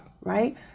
Right